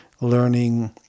learning